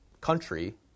country